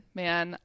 man